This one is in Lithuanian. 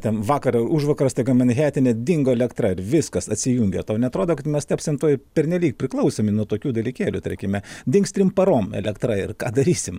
ten vakar ar užvakar staiga manhetene dingo elektra ir viskas atsijungė tau neatrodo kad mes tapsim tuoj pernelyg priklausomi nuo tokių dalykėlių tarkime dings trim parom elektra ir ką darysim